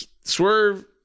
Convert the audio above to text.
Swerve